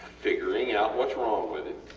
figuring out whats wrong with it,